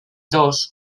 dos